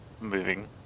moving